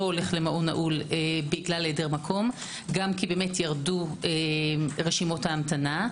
הולך לשם בגלל היעדר מקום כי ירדו רשימות ההמתנה.